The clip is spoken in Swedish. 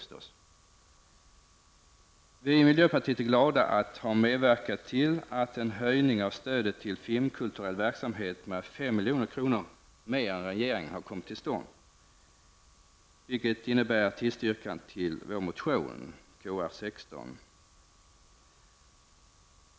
Vi i miljöpartiet är glada för att ha medverkat till att en höjning av stödet till filmkulturell verksamhet med 5 milj.kr. utöver regeringens förslag har kommit till stånd. Man har alltså tillstyrkt vår motion Kr16.